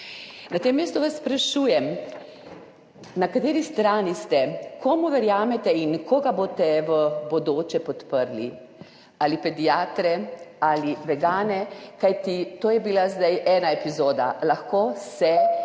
Na tem mestu vas sprašujem: Na kateri strani ste, komu verjamete in koga boste v bodoče podprli, pediatre ali vegane? Kajti to je bila zdaj ena epizoda, lahko se